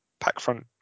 packfront